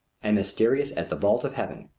and mysterious as the vault of heaven.